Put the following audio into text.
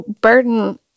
burden